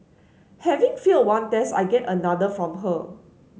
having failed one test I get another from her